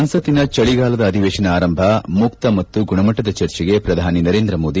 ಸಂಸತ್ತಿನ ಚಳಿಗಾಲದ ಅಧಿವೇಶನ ಆರಂಭ ಮುಕ್ತ ಮತ್ತು ಗುಣಮಟ್ಟದ ಚರ್ಚೆಗೆ ಪ್ರಧಾನಿ ನರೇಂದ್ರ ಮೋದಿ ಕೆ